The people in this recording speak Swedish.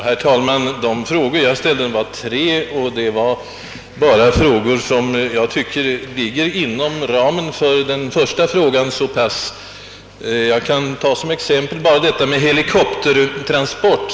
Herr talman! De frågor jag ställde var egentligen tre till antalet, och samtliga var sådana som jag tycker ligger inom ramen för den första frågan. Jag kan t.ex. ta frågan om helikoptertransport.